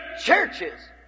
churches